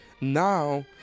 Now